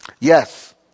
Yes